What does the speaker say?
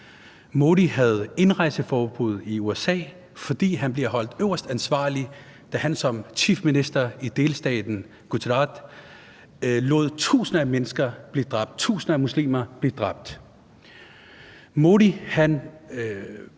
Modi havde indrejseforbud i USA, fordi han bliver holdt øverst ansvarlig for, at han som chief minister i delstaten Gujarat lod tusinder af mennesker, tusinder af muslimer, blive dræbt. Modi står